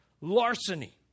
larceny